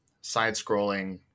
side-scrolling